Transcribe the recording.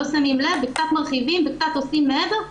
לא שמים לב וקצת מרחיבים וקצת עושים מעבר,